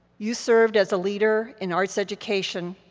you served as a leader in arts education,